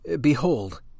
behold